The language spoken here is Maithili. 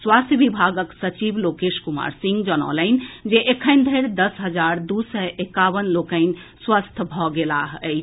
स्वास्थ्य विभागक सचिव लोकेश कुमार सिंह जनौलनि जे एखन धरि दस हजार दू सय एकावन लोकनि स्वस्थ भऽ गेलाह अछि